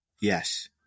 Yes